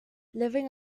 living